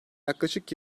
yaklaşık